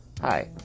Hi